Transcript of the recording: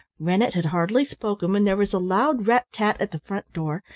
rennett had hardly spoken when there was a loud rat-tat at the front door,